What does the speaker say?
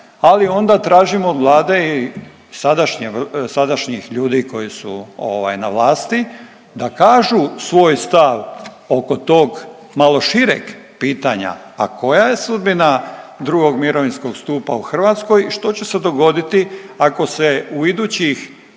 ali onda tražimo od Vlade i sadašnje, sadašnjih ljudi koji su ovaj na vlasti da kažu svoj stav oko tog malo šireg pitanja, a koja je sudbina II. mirovinskog stupa u Hrvatskoj i što će se dogoditi ako se u idućih